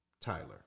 Tyler